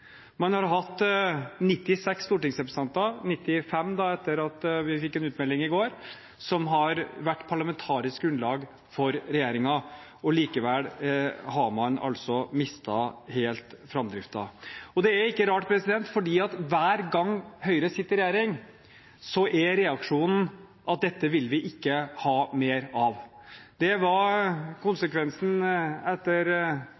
Man har hatt 96 stortingsrepresentanter – 95 etter at vi fikk en utmelding i går – som har vært parlamentarisk grunnlag for regjeringen. Likevel har man mistet helt framdriften. Men det er ikke rart, for hver gang Høyre sitter i regjering, er reaksjonen at dette vil vi ikke ha mer av. Det var konsekvensen etter